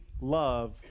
love